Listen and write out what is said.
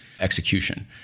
execution